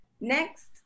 Next